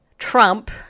Trump